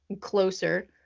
closer